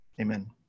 Amen